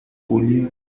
julia